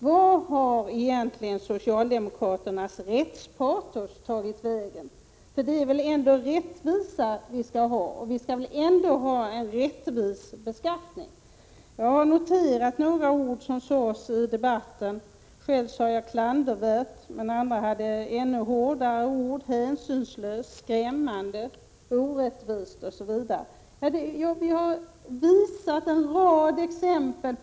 Vart har egentligen socialdemokraternas rättspatos tagit vägen? Det är väl rättvisa vi skall ha och en rättvis beskattning? Jag har noterat några ord som sades i debatten. Själv använde jag ordet klandervärt. Men andra hade ännu hårdare ord: hänsynslöst, skrämmande, orättvist osv. Vi har visat en rad exempel.